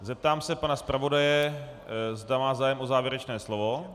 Zeptám se pana zpravodaje, zda má zájem o závěrečné slovo.